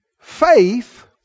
Faith